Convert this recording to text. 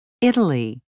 Italy